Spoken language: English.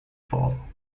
fall